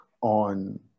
on